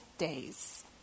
Days